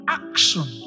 action